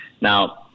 Now